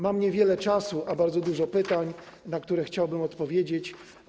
Mam niewiele czasu, a było bardzo dużo pytań, na które chciałbym odpowiedzieć.